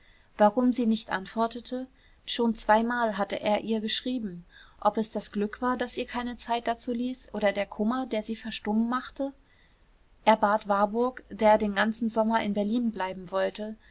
warum sie nicht antwortete schon zweimal hatte er ihr geschrieben ob es das glück war das ihr keine zeit dazu ließ oder der kummer der sie verstummen machte er bat warburg der den ganzen sommer in berlin bleiben wollte